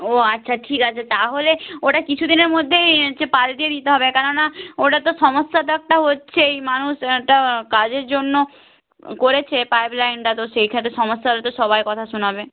ও আচ্ছা ঠিক আছে তাহলে ওটা কিছু দিনের মধ্যেই হচ্ছে পালটে দিতে হবে কেন না ওটা তো সমস্যা তো একটা হচ্ছেই মানুষ একটা কাজের জন্য করেছে পাইপ লাইনটা তো সেইখানে সমস্যা হলে তো সবাই কথা শোনাবে